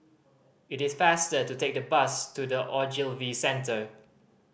it is faster to take the bus to The Ogilvy Centre